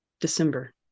december